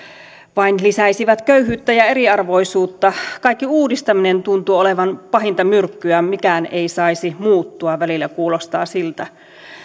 vain lisäisivät köyhyyttä ja eriarvoisuutta kaikki uudistaminen tuntuu olevan pahinta myrkkyä mikään ei saisi muuttua välillä kuulostaa siltä